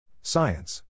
Science